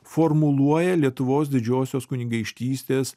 formuluoja lietuvos didžiosios kunigaikštystės